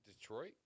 Detroit